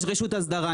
יש רשות הסדרה.